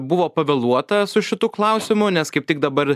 buvo pavėluota su šitu klausimu nes kaip tik dabar